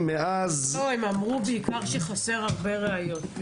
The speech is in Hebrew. הם אמרו בעיקר שחסרות הרבה ראיות.